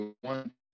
One